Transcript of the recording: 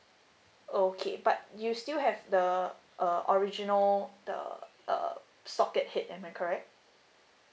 okay but you still have the uh original the the socket head am I correct